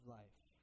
life